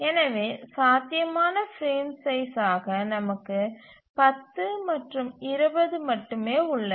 எனவே சாத்தியமான frame size ஆக நமக்கு 10 மற்றும் 20 மட்டுமே உள்ளன